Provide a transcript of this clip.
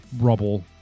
rubble